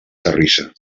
terrissa